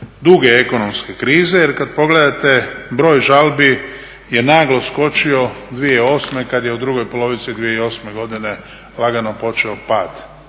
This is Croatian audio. duge ekonomske krize. Jer kad pogledate broj žalbi je naglo skočio 2008. kad je u drugoj polovici 2008. godine lagano počeo pad